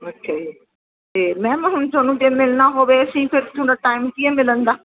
ਅੱਛਾ ਜੀ ਅਤੇ ਮੈਮ ਹੁਣ ਤੁਹਾਨੂੰ ਜੇ ਮਿਲਣਾ ਹੋਵੇ ਅਸੀਂ ਫਿਰ ਤੁਹਾਡਾ ਟਾਈਮ ਕੀ ਹੈ ਮਿਲਣ ਦਾ